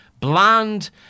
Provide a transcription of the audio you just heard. bland